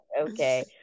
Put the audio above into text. okay